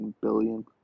billion